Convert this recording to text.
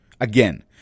Again